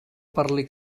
parli